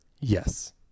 Yes